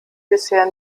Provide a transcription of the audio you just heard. bisher